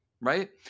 right